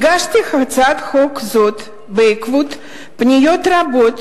הגשתי הצעת חוק זו בעקבות פניות רבות